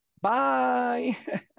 bye